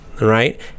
Right